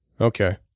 Okay